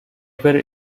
were